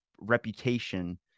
reputation